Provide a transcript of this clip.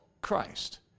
Christ